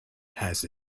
has